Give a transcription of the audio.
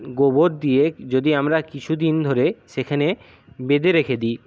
গোবর দিয়ে যদি আমরা কিছুদিন ধরে সেখানে বেঁধে রেখে দিই